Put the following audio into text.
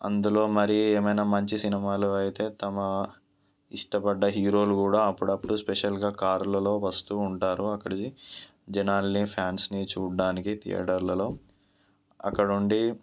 అందులో మరి ఏమైనా మంచి సినిమాలు అయితే తమ ఇష్టపడ్డ హీరోలు కూడా అప్పుడప్పుడు స్పెషల్గా కారులలో వస్తూ ఉంటారు అక్కడికి జనాలని ఫ్యాన్స్ని చూడ్డానికి థియేటర్లో అక్కడ ఉండి